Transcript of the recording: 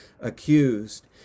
accused